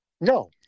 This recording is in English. No